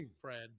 Fred